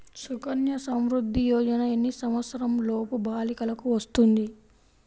సుకన్య సంవృధ్ది యోజన ఎన్ని సంవత్సరంలోపు బాలికలకు వస్తుంది?